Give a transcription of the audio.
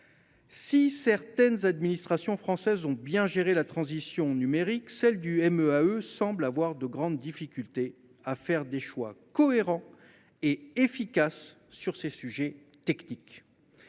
Si certaines administrations françaises ont bien géré la transition numérique, celle du MEAE semble avoir de grandes difficultés à faire des choix cohérents et efficaces sur ces sujets techniques.